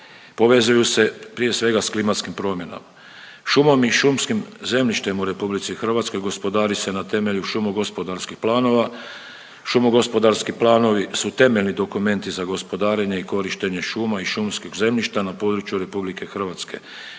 povezuju se prije svega s klimatskim promjenama. Šumom i šumskim zemljištem u RH gospodari se na temelju šumogospodarskih planova. Šumogospodarski planovi su temeljni dokumenti za gospodarenje i korištenje šuma i šumskih zemljišta na području RH koji utvrđuju